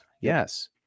Yes